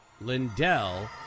Lindell